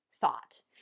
thought